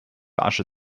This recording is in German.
asche